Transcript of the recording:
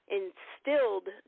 instilled